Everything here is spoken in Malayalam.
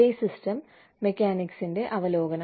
പേ സിസ്റ്റം മെക്കാനിക്സിന്റെ അവലോകനം